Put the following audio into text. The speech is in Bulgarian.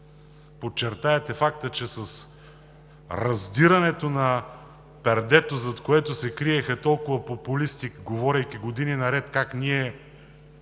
подчертаете факта, че с раздирането на пердето, зад което се криеха толкова популисти, говорейки години наред как едва